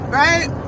right